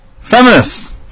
Feminists